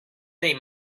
they